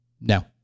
no